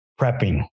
prepping